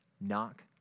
Knock